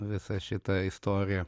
visą šitą istoriją